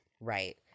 Right